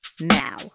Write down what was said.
now